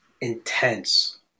intense